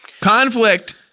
Conflict